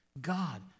God